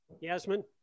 Yasmin